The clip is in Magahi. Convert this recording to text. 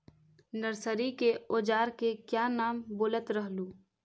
नरसरी के ओजार के क्या नाम बोलत रहलू?